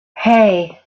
hey